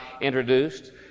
introduced